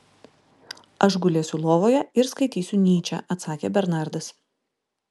aš gulėsiu lovoje ir skaitysiu nyčę atsakė bernardas